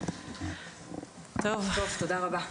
תודה רבה.